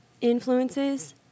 influences